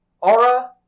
Aura